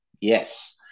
Yes